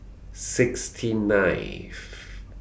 sixty ninth